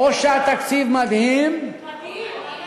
או שהתקציב מדהים, מדהים.